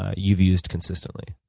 ah you've used consistently?